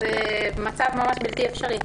זה מצב ממש בלתי אפשרי.